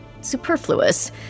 superfluous